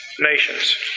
nations